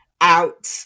out